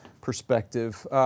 perspective